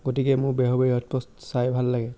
গতিকে মোৰ বেহৰবাৰী আউটপোষ্ট চাই ভাল লাগে